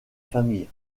famille